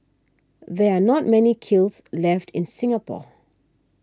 there are not many kilns left in Singapore